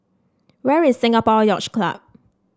where is Singapore Yacht Club